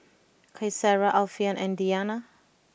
Qaisara Alfian and Diyana